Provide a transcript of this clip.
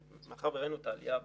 מאחר וראינו את העלייה במחירים,